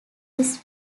his